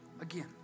Again